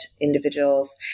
individuals